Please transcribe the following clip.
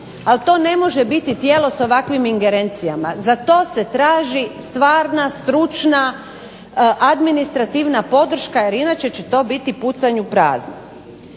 ali to ne može biti tijelo sa ovakvim ingerencijama. Za to se traži stvarna, stručna administrativna podrška jer inače će to biti pucanj u prazno.